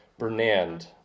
Bernand